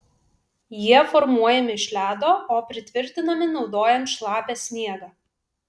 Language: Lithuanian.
jie formuojami iš ledo o pritvirtinami naudojant šlapią sniegą